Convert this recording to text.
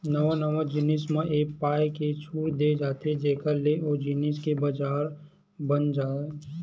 नवा नवा जिनिस म ए पाय के छूट देय जाथे जेखर ले ओ जिनिस के बजार बन जाय